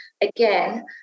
again